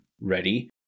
ready